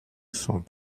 sont